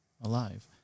alive